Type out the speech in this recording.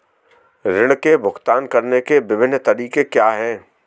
ऋृण के भुगतान करने के विभिन्न तरीके क्या हैं?